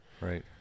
Right